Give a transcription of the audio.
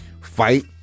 Fight